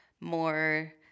more